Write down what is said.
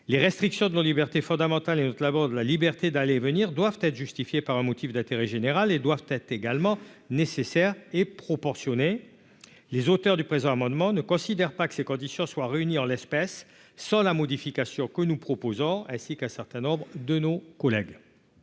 les restrictions de la libertés fondamentales et autres la bande la liberté d'aller et venir, doivent être justifiées par un motif d'intérêt général et doivent être également nécessaire et proportionnée, les auteurs du présent amendement ne considère pas que ces conditions soient réunies en l'espèce, sans la modification que nous proposons, ainsi qu'un certain nombre de nos collègues.